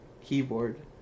keyboard